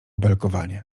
belkowanie